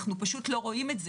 אנחנו לא רואים את זה.